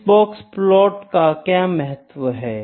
इस बॉक्सप्लॉट का क्या महत्व है